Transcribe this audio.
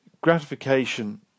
gratification